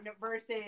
versus